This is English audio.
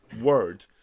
word